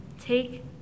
take